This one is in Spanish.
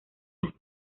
las